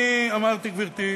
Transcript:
אני אמרתי, גברתי,